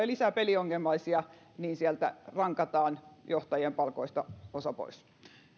lisää peliongelmaisia niin sieltä raakataan johtajien palkoista osa pois